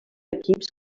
equips